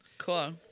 Cool